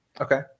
Okay